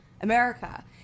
America